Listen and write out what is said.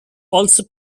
also